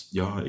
ja